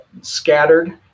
scattered